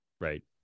right